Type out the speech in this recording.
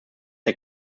der